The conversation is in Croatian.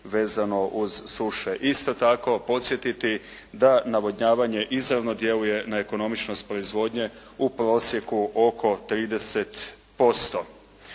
vezano uz suše. Isto tako podsjetiti da navodnjavanje izravno djeluje na ekonomičnost proizvodnje. U prosjeku oko 30%.